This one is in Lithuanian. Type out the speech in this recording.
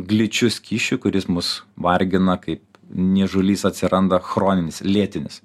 gličiu skysčiu kuris mus vargina kaip niežulys atsiranda chroninis lėtinis